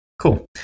cool